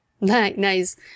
Nice